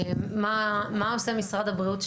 מה עושה משרד הבריאות?